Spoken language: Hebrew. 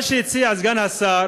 מה שהציע סגן השר